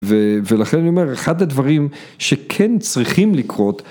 ו… ולכן אני אומר, אחד הדברים שכן צריכים לקרות